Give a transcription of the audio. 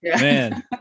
Man